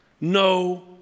No